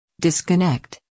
Disconnect